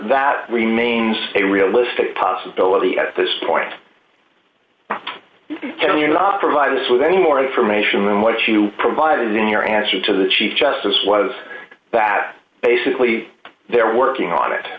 that remains a realistic possibility at this point can you not provide us with any more information what you provided in your answer to the chief justice was that basically they're working on it